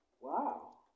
Wow